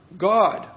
God